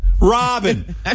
Robin